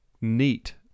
neat